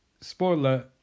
spoiler